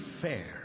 fair